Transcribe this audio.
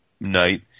night